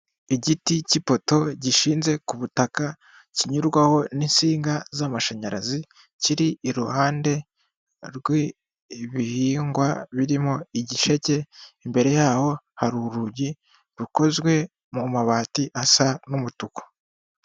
Igiti k'ipoto gishinze ku butaka kinyurwaho n'insinga z'amashanyarazi, kiri iruhande rw'ibihingwa birimo igisheke, imbere yaho hari urugi rukozwe mu mabati asa n'umutuku.